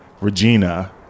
Regina